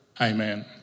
amen